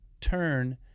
turn